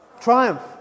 triumph